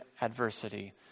adversity